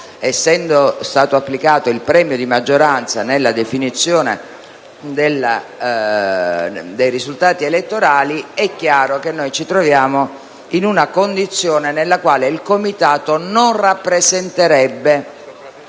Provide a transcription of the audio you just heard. essendo stato applicato il premio di maggioranza nella definizione dei risultati elettorali, è chiaro che ci troviamo in una condizione nella quale il Comitato non rappresenterebbe